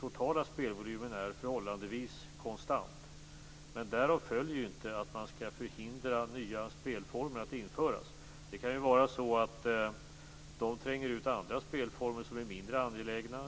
totala spelvolymen är förhållandevis konstant. Men därav följer inte att man skall förhindra nya spelformer att införas. De kan tränga ut andra spelformer som är mindre angelägna.